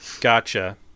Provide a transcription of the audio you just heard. Gotcha